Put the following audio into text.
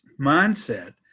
mindset